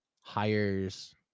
hires